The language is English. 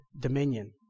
dominion